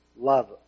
love